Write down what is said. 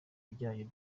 bijyanye